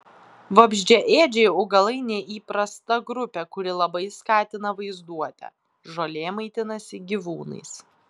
vabzdžiaėdžiai augalai neįprasta grupė kuri labai skatina vaizduotę žolė maitinasi gyvūnais